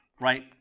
Right